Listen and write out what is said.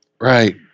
Right